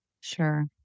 Sure